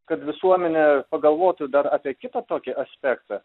kad visuomenė pagalvotų dar apie kitą tokį aspektą